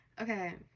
Okay